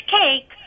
cake